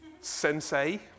Sensei